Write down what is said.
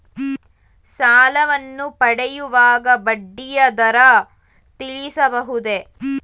ಸಾಲವನ್ನು ಪಡೆಯುವಾಗ ಬಡ್ಡಿಯ ದರ ತಿಳಿಸಬಹುದೇ?